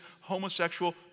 homosexual